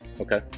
Okay